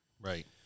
right